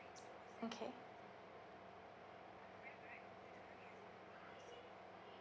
okay